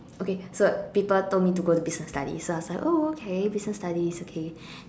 okay so people told me to go to business studies so I was like oh okay business studies okay